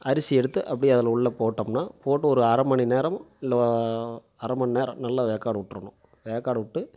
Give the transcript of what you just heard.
அரிசி எடுத்து அப்டியே அதில் உள்ளே போட்டோம்னா போட்டு ஒரு அரைமணி நேரம் இல்ல அரைமணி நேரம் நல்ல வேக்காடு விட்றணும் வேக்காடு விட்டு